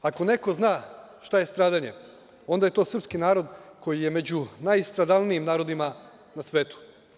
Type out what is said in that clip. Ako neko zna šta je stradanje, onda je to srpski narod koji je među najstradalnijim narodima na svetu.